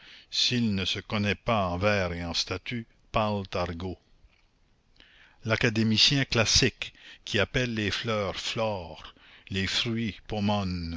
s'il ne se connaît pas en vers et en statues parlent argot l'académicien classique qui appelle les fleurs flore les fruits